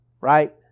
right